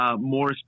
more